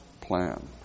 plan